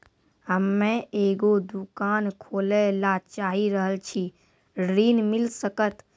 हम्मे एगो दुकान खोले ला चाही रहल छी ऋण मिल सकत?